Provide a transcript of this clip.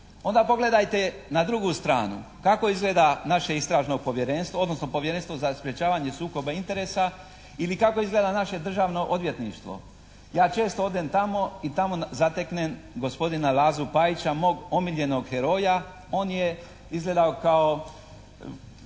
onda pogledajte na drugu stranu, kako izgleda naše istražno povjerenstvo odnosno Povjerenstvo za sprječavanje sukoba interesa ili kako izgleda naše Državno odvjetništvo. Ja često odem tamo i tamo zateknem gospodina Lazu Pajića, mog omiljenog heroja. On je izgledao kao